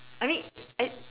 I mean it